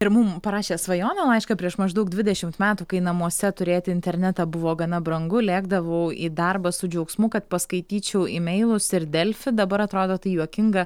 ir mum parašė svajonių laišką prieš maždaug dvidešimt metų kai namuose turėti internetą buvo gana brangu lėkdavau į darbą su džiaugsmu kad paskaityčiau imeilus ir delfi dabar atrodo tai juokinga